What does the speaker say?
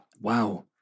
Wow